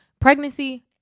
pregnancy